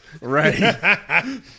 Right